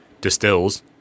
distills